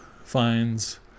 finds